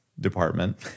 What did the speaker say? department